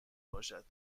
باشد